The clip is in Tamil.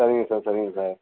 சரிங்க சார் சரிங்க சார்